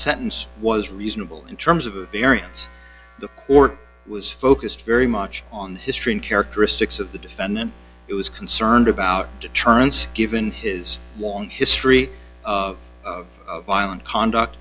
sentence was reasonable in terms of a variance the court was focused very much on history and characteristics of the defendant it was concerned about deterrence given his long history of violent conduct